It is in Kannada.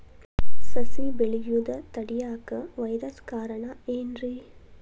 ಸಸಿ ಬೆಳೆಯುದ ತಡಿಯಾಕ ವೈರಸ್ ಕಾರಣ ಏನ್ರಿ?